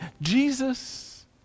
Jesus